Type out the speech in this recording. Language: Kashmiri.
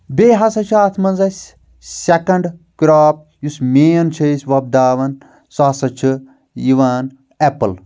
بییٚہِ ہسا چھِ اتھ منٛز اسہِ سیٚکنٛڈ کراپ یُس مین چھِ أسۍ وۄپدوان سُہ ہسا چھُ یِوان ایٚپل